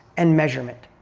and measurement.